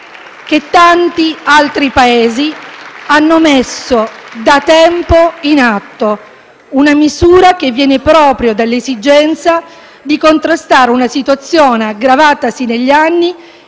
che tanti altri Paesi hanno messo da tempo in atto, una misura che viene proprio dall'esigenza di contrastare una situazione aggravatasi negli anni